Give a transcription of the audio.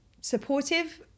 supportive